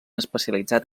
especialitzat